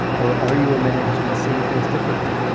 or are you a man who's been seeing things differently?